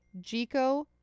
Jico